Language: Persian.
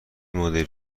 مدیر